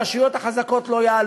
אין צורך, אדוני היושב-ראש, אני פה, אין